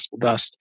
dust